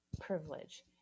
privilege